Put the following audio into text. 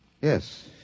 Yes